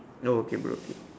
no okay bro okay